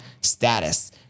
status